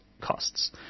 costs